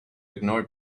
ignore